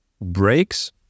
breaks